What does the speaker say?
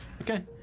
Okay